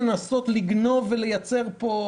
לנסות לגנוב ולייצר פה,